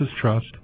Trust